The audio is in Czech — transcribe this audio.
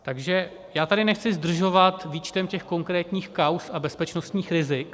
Takže já tady nechci zdržovat výčtem těch konkrétních kauz a bezpečnostních rizik.